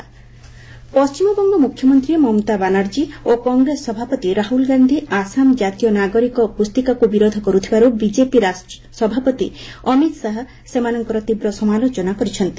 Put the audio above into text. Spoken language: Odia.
ଅମିତ ଶାହା ପଣ୍ଟିମବଙ୍ଗ ମୁଖ୍ୟମନ୍ତ୍ରୀ ମମତା ବାନାର୍ଜୀ ଓ କଂଗ୍ରେସ ସଭାପତି ରାହୁଲ ଗାନ୍ଧି ଆସାମ କାତୀୟ ନାଗରିକ ପୁଞ୍ଚିକାକୁ ବିରୋଧ କରୁଥିବାରୁ ବିଜେପି ସଭାପତି ଅମିତ ଶାହା ସେମାନଙ୍କର ତୀବ୍ର ସମାଲୋଚନା କରିଛନ୍ତି